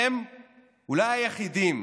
הם אולי היחידים